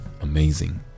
Amazing